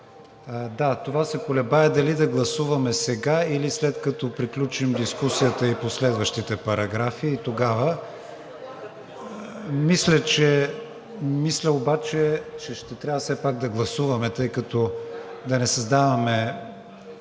заглавието. Колебая се дали да гласуваме сега, или след като приключим дискусията и по следващите параграфи и тогава? Мисля обаче, че ще трябва все пак да гласуваме, да не създаваме